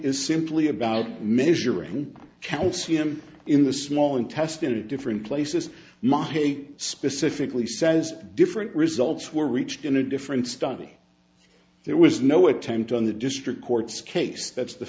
is simply about measuring calcium in the small intestine a different places my headache specifically says different results were reached in a different study there was no attempt on the district court's case that's the